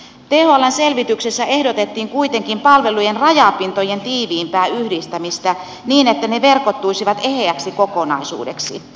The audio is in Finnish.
thln selvityksessä ehdotettiin kuitenkin palvelujen rajapintojen tiiviimpää yhdistämistä niin että ne verkottuisivat eheäksi kokonaisuudeksi